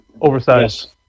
Oversized